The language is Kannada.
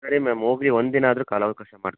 ಸರಿ ಮ್ಯಾಮ್ ಹೋಗ್ಲಿ ಒಂದಿನ ಆದರೂ ಕಾಲಾವಕಾಶ ಮಾಡಿ